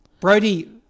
Brody